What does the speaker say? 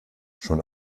schon